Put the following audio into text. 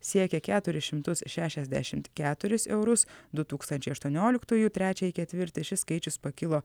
siekė keturis šimtus šešiasdešimt keturis eurus du tūkstančiai aštuonioliktųjų trečiąjį ketvirtį šis skaičius pakilo